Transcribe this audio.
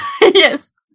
Yes